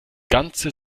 ganze